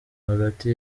hagati